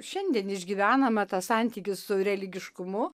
šiandien išgyvename tą santykį su religiškumu